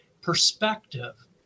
perspective